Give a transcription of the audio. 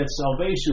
salvation